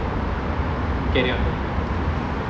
carry on